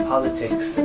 politics